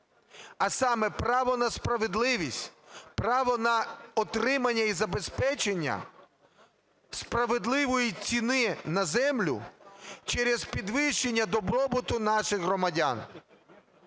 а саме: право на справедливість, право на отримання і забезпечення справедливої ціни на землю через підвищення добробуту наших громадян.